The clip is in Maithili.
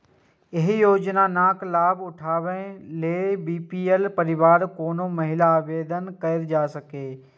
एहि योजनाक लाभ उठाबै लेल बी.पी.एल परिवारक कोनो महिला आवेदन कैर सकैए